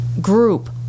group